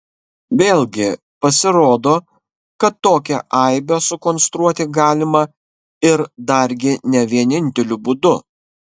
vėlgi pasirodo kad tokią aibę sukonstruoti galima ir dargi ne vieninteliu būdu